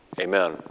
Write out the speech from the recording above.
amen